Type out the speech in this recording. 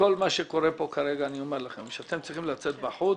לכל מה שקורה פה כרגע: אני אומר לכם שאתם צריכים לצאת בחוץ,